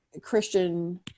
Christian